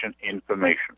information